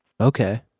Okay